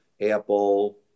Apple